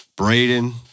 Braden